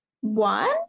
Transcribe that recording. one